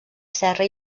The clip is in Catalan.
serra